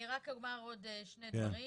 אני רק אומר עוד שני דברים